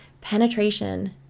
penetration